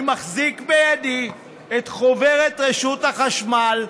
אני מחזיק בידי את חוברת רשות החשמל.